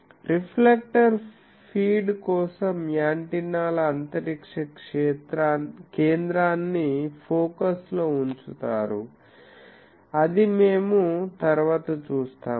reflector feed కోసం యాంటెన్నాల అంతరిక్ష కేంద్రాన్ని ఫోకస్ లో ఉంచుతారుఅది మేము తరువాత చూస్తాము